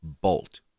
Bolt